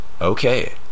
Okay